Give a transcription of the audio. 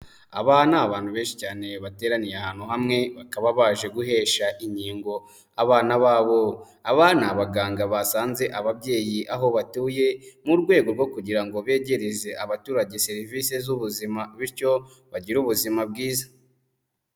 Aba ni abantu benshi cyane bateraniye ahantu hamwe bakaba baje guhesha inkingo abana babo, aba ni abaganga basanze ababyeyi aho batuye mu rwego rwo kugira ngo begereze abaturage serivisi z'ubuzima bityo bagire ubuzima bwiza.